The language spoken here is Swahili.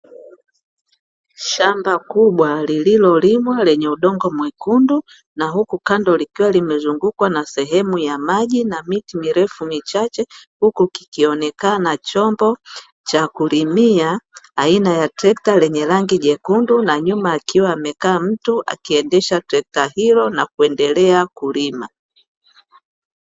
Shamba kubwa lililolimwa lenye udongo mwekundu na huku kando likiwa limezungukwa na sehemu ya maji na miti mirefu michache huku kikionekana chombo cha kulimia aina ya trekta lenye rangi nyekundu na nyuma akiwa amekaa mtu akiendesha trekta hilo na kuendelea kulima.